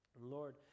Lord